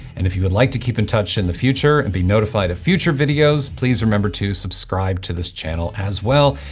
and if you would like to keep in touch in the future and be notified of future videos, please remember to subscribe to this channel as well.